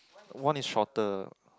one is shorter